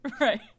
right